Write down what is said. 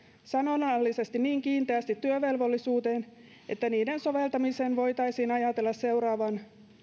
sanonnallisesti niin kiinteästi työvelvollisuuteen että niiden soveltamisen voitaisiin ajatella seuraavan